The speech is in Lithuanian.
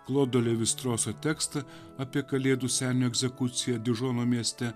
klodo levi stroso tekstą apie kalėdų senio egzekuciją dižono mieste